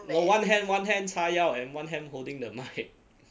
no one hand one hand 叉腰 and one hand holding the mic